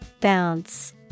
Bounce